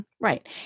Right